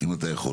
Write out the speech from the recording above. אם אתה יכול.